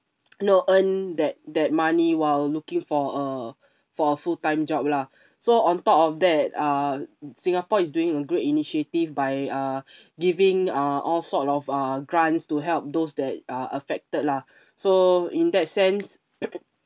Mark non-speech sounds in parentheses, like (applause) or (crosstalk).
no earn that that money while looking for a for a full time job lah (breath) so on top of that uh singapore is doing a great initiative by uh (breath) giving uh all sort of uh grants to help those that are affected lah (breath) so in that sense